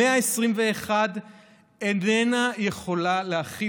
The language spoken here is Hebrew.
המאה העשרים-ואחת איננה יכולה להכיל